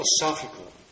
Philosophical